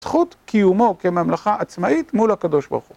זכות קיומו כממלכה עצמאית מול הקדוש ברוך הוא.